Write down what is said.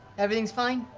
everything's fine?